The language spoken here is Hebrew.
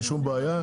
אין שום בעיה,